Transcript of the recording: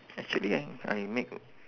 actually I I make